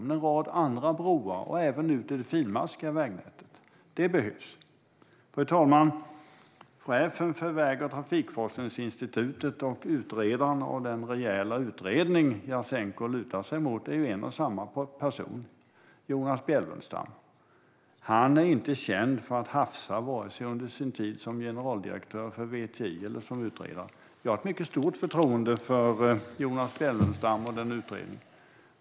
Men en rad andra broar behöver förstärkas, även ute i det finmaskiga vägnätet. Fru talman! Chefen för Väg och trafikforskningsinstitutet och utredaren av den rejäla utredning som Jasenko lutar sig mot är en och samma person: Jonas Bjelfvenstam. Han är inte känd för att hafsa, vare sig under sin tid som generaldirektör för VTI eller som utredare. Jag har mycket stort förtroende för Jonas Bjelfvenstam och utredningen.